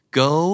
go